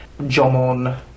Jomon